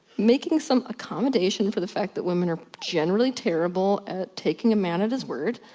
making some accommodation for the fact that women are generally terrible at taking a man at his word.